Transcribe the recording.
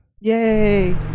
Yay